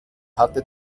hatte